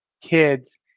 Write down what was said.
kids